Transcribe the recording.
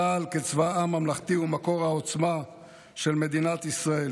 צה"ל כצבא העם הממלכתי הוא מקור העוצמה של מדינת ישראל,